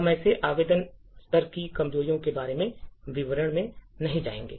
हम ऐसे आवेदन स्तर की कमजोरियों के बारे में विवरण में नहीं जाएंगे